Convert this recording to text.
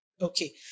Okay